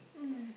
mm